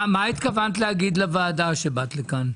התכוונת להגיד לוועדה כשבאת לכאן?